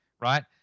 right